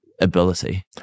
ability